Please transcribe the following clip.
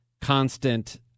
constant